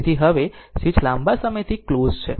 તેથી હવે સ્વીચ લાંબા સમયથી ક્લોઝ છે